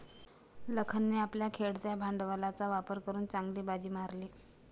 लखनने आपल्या खेळत्या भांडवलाचा वापर करून चांगली बाजी मारली